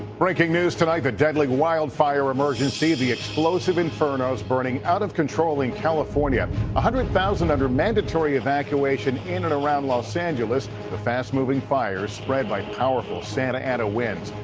breaking news tonight, the deadly wildfire emergency, the explosive infernos burning out of control in california. one hundred thousand under mandatory evacuation in and around los angeles. the fast-moving fire spread by powerful santa ana winds.